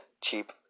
cheap